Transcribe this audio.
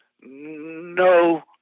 no